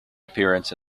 appearance